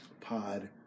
pod